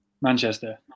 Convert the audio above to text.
Manchester